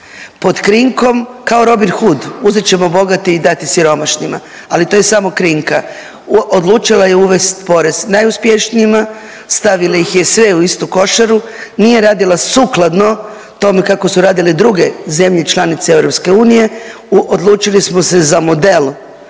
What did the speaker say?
pod krinkom, kao Robin Hood, uzet ćemo bogate i dati siromašnima. Ali to je samo krinka. Odlučila je uvesti porez najuspješnijima, stavila ih je sve u istu košaru, nije radila sukladno tome kako su radile druge zemlje članice EU, odlučili smo se za model